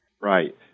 Right